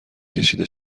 کشیده